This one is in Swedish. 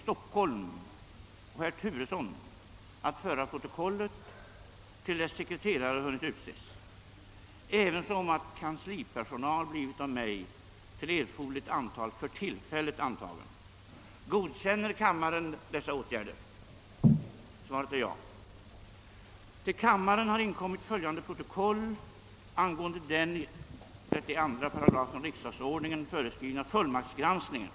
Till justitiedepartementet har inkommit fullmakter för 7 personer som vid nya röstsammanräkningar utsetts till ledamöter av riksdagens andra kammare i stället för avgångna ledamöter av kammaren. Protokoll över granskningen och förteckning över de granskade fullmakterna skall tillsammans med fullmakterna överlämnas till andra kammaren.